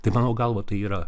tai mano galva tai yra